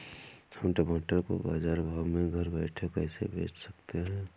हम टमाटर को बाजार भाव में घर बैठे कैसे बेच सकते हैं?